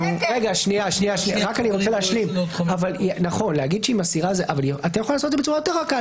אתה יכול לעשות את זה בצורה יותר רכה,